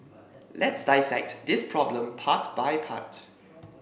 let's dissect this problem part by part